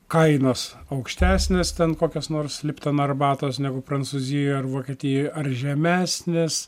kainos aukštesnės ten kokios nors lipton arbatos negu prancūzijoj ar vokietijoj ar žemesnės